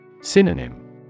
Synonym